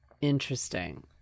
interesting